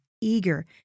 eager